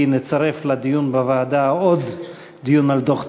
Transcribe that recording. נצרף לדיון בוועדה עוד דיון על דוח טאוב,